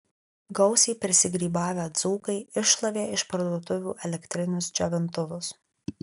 gausiai prisigrybavę dzūkai iššlavė iš parduotuvių elektrinius džiovintuvus